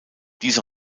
diese